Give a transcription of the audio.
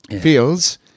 feels